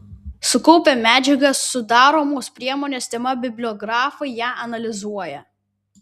sukaupę medžiagą sudaromos priemonės tema bibliografai ją analizuoja